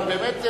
אבל באמת,